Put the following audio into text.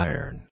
Iron